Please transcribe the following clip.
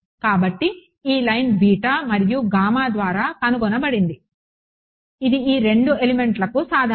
కాబట్టి ఈ లైన్ మరియు ద్వారా కనుగొనబడింది ఇది ఈ రెండు ఎలిమెంట్లకు సాధారణం